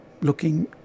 looking